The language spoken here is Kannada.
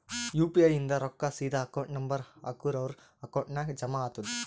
ಯು ಪಿ ಐ ಇಂದ್ ರೊಕ್ಕಾ ಸೀದಾ ಅಕೌಂಟ್ ನಂಬರ್ ಹಾಕೂರ್ ಅವ್ರ ಅಕೌಂಟ್ ನಾಗ್ ಜಮಾ ಆತುದ್